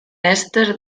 èster